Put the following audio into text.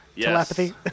Telepathy